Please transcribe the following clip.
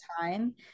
time